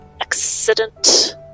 accident